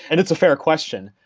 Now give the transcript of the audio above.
and it's a fair question.